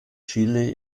chile